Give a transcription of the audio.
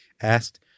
asked